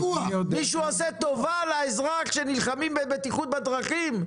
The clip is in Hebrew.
מישהו עושה טובה לאזרח שנלחמים בבטיחות בדרכים?